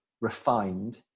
refined